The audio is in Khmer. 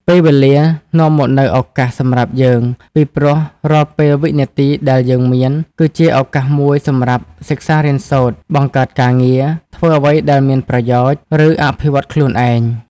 ពេលវេលានាំមកនូវឱកាសសម្រាប់យើង ពីព្រោះរាល់ពេលវិនាទីដែលយើងមាន គឺជាឱកាសមួយសម្រាប់សិក្សារៀនសូត្រ បង្កើតការងារ ធ្វើអ្វីដែលមានប្រយោជន៍ ឬអភិវឌ្ឍខ្លួនឯង។